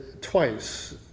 twice